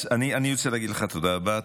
אני רוצה להגיד לך תודה רבה.